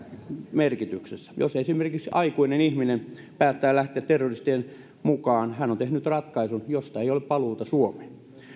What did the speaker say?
merkityksessä jos esimerkiksi aikuinen ihminen päättää lähteä terroristien mukaan hän on tehnyt ratkaisun josta ei ole paluuta suomeen